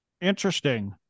interesting